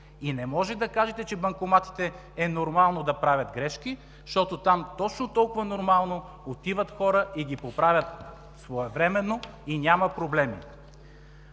И не можете да кажете, че банкоматите е нормално да правят грешки, защото там точно толкова нормално отиват хора и ги поправят своевременно и няма проблеми.